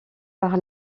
par